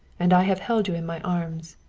and i have held you in my arms.